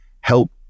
help